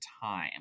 time